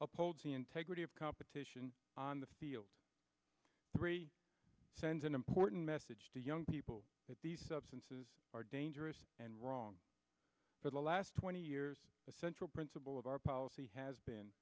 uphold the integrity of competition on the field sends an important message to young people that these substances are dangerous and wrong for the last twenty years the central principle of our policy has been